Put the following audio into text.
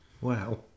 Wow